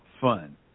fun